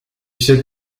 sais